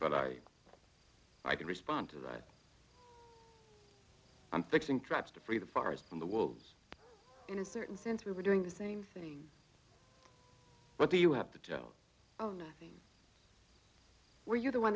but i i can respond to that i'm fixing traps to free the bars from the walls in a certain sense we're doing the same thing but do you have to joe oh nothing where you're the one